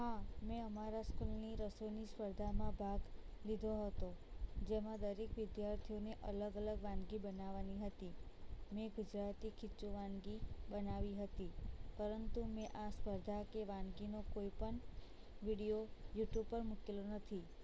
હા મેં અમારા સ્કૂલની રસોઈની સ્પર્ધામાં ભાગ લીધો હતો જેમાં દરેક વિદ્યાર્થીઓને અલગ અલગ વાનગી બનાવવાની હતી મેં ગુજરાતી ખીચું વાનગી બનાવી હતી પરંતુ મેં આ સ્પર્ધા કે વાનગીનો કોઈ પણ વિડીયો યુટ્યુબ પર મૂકેલો નથી